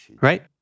right